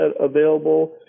available